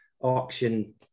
auction